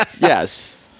yes